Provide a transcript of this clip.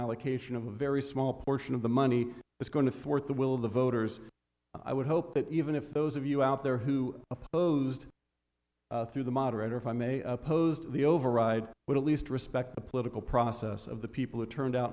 allocation of a very small portion of the money that's going to force the will of the voters i would hope that even if those of you out there who are opposed through the moderator if i may oppose the override would at least respect the political process of the people who turned out